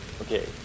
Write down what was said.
Okay